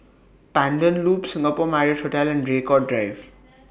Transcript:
Pandan Loop Singapore Marriott Hotel and Draycott Drive